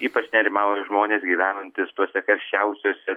ypač nerimauja žmonės gyvenantys tuose karščiausiuose